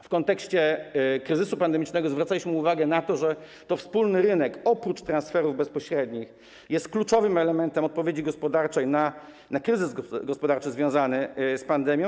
W kontekście kryzysu pandemicznego zwracaliśmy uwagę na to, że to wspólny rynek, oprócz transferów bezpośrednich, jest kluczowym elementem odpowiedzi gospodarczej na kryzys gospodarczy związany z pandemią.